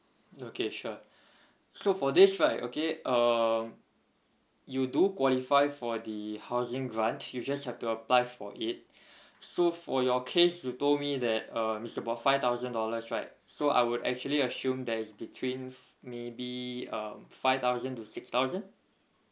okay sure so for this right okay uh you do qualify for the housing grant you just have to apply for it so for your case you told me that uh it's about five thousand dollars right so I would actually assume that is between maybe uh five thousand to six thousand